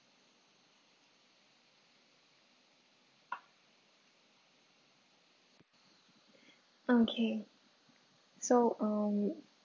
okay so um